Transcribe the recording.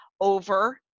over